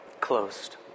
closed